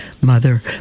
mother